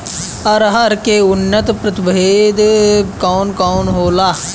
अरहर के उन्नत प्रभेद कौन कौनहोला?